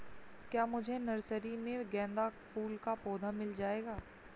क्या मुझे नर्सरी में गेंदा फूल का पौधा मिल जायेगा?